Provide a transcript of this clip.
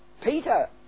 Peter